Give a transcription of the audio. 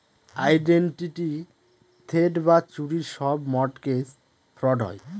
identity theft বা চুরির সব মর্টগেজ ফ্রড হয়